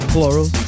Floral